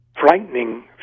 frightening